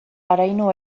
haraino